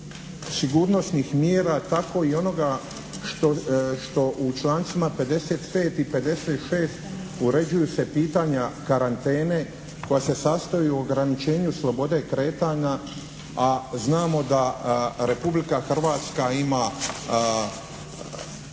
sigurnosnih mjera tako i onoga što u člancima 55. i 56. uređuju se pitanja karantene koja se sastoje u ograničenju slobode kretanja, a znamo da Republika Hrvatska ima